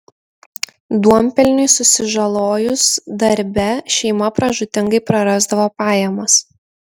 duonpelniui susižalojus darbe šeima pražūtingai prarasdavo pajamas